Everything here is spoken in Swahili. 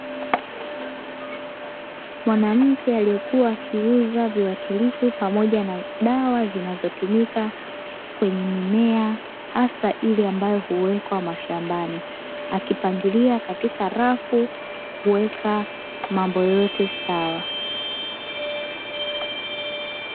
Mwanamke aliyekuwa akiuza viwatilifu pamoja na dawa zinazotumika kwenye mimea hasa ile ambayo huwekwa mashambani, akipangilia katika rafu kuweka mambo yote sawa.